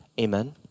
Amen